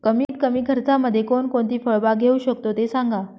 कमीत कमी खर्चामध्ये कोणकोणती फळबाग घेऊ शकतो ते सांगा